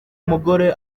umugore